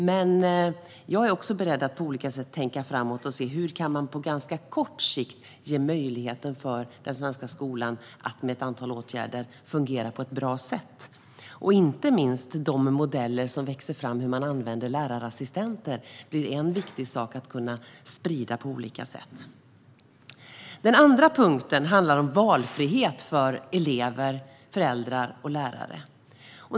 Men jag är beredd att tänka framåt och titta på hur vi, på ganska kort sikt, kan ge den svenska skolan möjlighet att med hjälp av ett antal åtgärder fungera på ett bra sätt. En viktig sak att sprida blir inte minst de modeller som växer fram för hur lärarassistenter ska användas. Den andra saken vi fokuserar på handlar om valfrihet för elever, föräldrar och lärare.